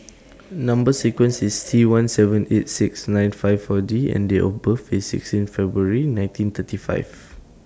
Number sequence IS T one seven eight six nine five four D and Date of birth IS sixteen February nineteen thirty five